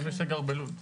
למי שגר בלוד.